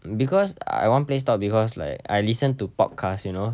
because I won't play stock because like I listen to podcast you know